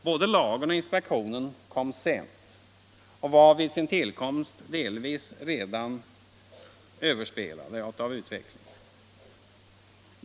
Både lagen och inspektionen kom sent och var vid sin tillkomst delvis redan överspelade av utvecklingen.